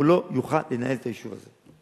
הוא לא יוכל לנהל את היישוב הזה.